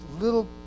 little